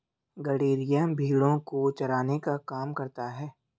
गड़ेरिया भेड़ो को चराने का काम करता है